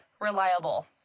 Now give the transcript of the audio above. reliable